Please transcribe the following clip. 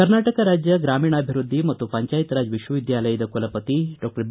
ಕರ್ನಾಟಕ ರಾಜ್ಯ ಗಾಮೀಣಾಭಿವೃದ್ಧಿ ಮತ್ತು ಪಂಚಾಯತ್ ರಾಜ್ಯ ವಿಶ್ವವಿದ್ಯಾಲಯದ ಕುಲಪತಿ ಬಿ